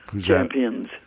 champions